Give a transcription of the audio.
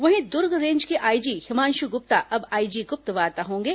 वहीं दुर्ग रेंज के आईजी हिमांशु गुप्ता अब आईजी गुप्तवार्ता होंगे